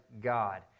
God